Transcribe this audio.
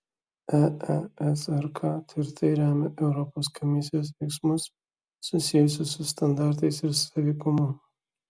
eesrk tvirtai remia europos komisijos veiksmus susijusius su standartais ir sąveikumu